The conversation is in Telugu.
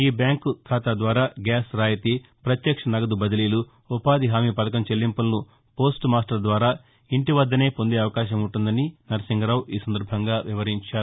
ఈ బ్యాంకు ఖాతా ద్వారా గ్యాస్ రాయితీ ప్రత్యక్ష నగదు బదిలీలు ఉపాధిహామీ పథకం చెల్లింపులను పోస్టు మాస్టర్ ద్వారా ఇంటి వద్దే పొందే అవకాశం ఉంటుందని నరసింగరావు వివరించారు